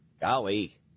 Golly